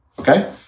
Okay